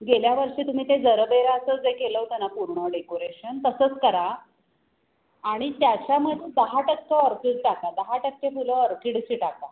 गेल्या वर्षी तुम्ही ते जरबेराचं जे केलं होतं ना पूर्ण डेकोरेशन तसंच करा आणि त्याच्यामध्ये दहा टक्के ऑर्किड टाका दहा टक्के फुलं ऑर्किडची टाका